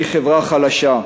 היא חברה חלשה,